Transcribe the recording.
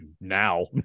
now